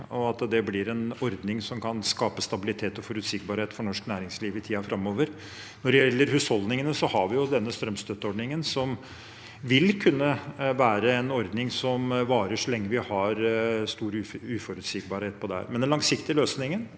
og at det blir en ordning som kan skape stabilitet og forutsigbarhet for norsk næringsliv i tiden framover. Når det gjelder husholdningene, har vi denne strømstøtteordningen, som vil kunne være en ordning som varer så lenge vi har stor uforutsigbarhet. Den langsiktige løsningen